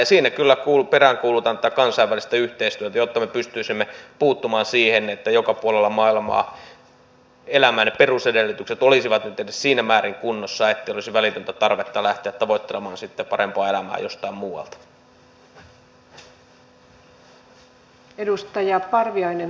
ja siinä kyllä peräänkuulutan tätä kansainvälistä yhteistyötä jotta me pystyisimme puuttumaan siihen että joka puolella maailmaa elämän perusedellytykset olisivat nyt edes siinä määrin kunnossa ettei olisi välitöntä tarvetta lähteä tavoittelemaan parempaa elämää jostain muualta